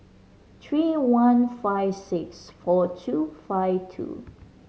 three one five six four two five two